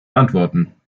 antworten